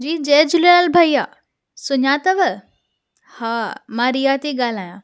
जी जय झूलेलाल भइया सुञातव हा मां रिया थी ॻाल्हायां